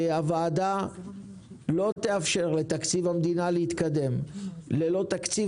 הוועדה לא תאפשר לתקציב המדינה להתקדם בלי תקציב